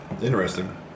Interesting